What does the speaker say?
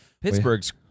Pittsburgh's